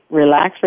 relax